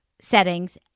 settings